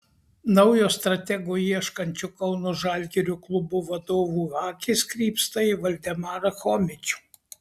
naujo stratego ieškančio kauno žalgirio klubo vadovų akys krypsta į valdemarą chomičių